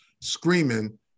screaming